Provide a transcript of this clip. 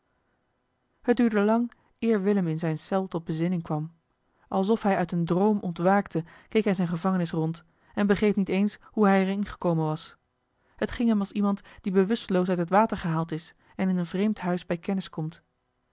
duurde lang eer willem in zijne cel tot bezinning kwam alsof hij uit een droom ontwaakte keek hij zijne gevangenis rond en begreep niet eens hoe hij er in gekomen was het ging hem als iemand die bewusteloos uit het water gehaald is en in een vreemd huis bij kennis komt